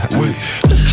wait